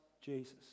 Jesus